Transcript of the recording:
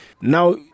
Now